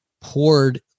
poured